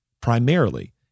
primarily